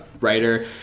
writer